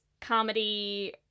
comedy